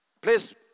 Please